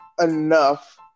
enough